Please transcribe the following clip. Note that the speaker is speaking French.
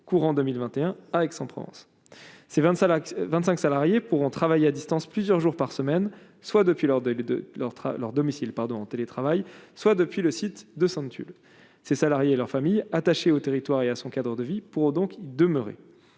courant 2021, à Aix-en-Provence, c'est 25 25 salariés pourront travailler à distance plusieurs jours par semaine, soit depuis lors de l'de l'ordre à leur domicile, pardon en télétravail soit depuis le site de Sainte-Tulle ces salariés et leurs familles, attaché aux territoires et à son cadre de vie pour donc demeurer